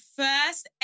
first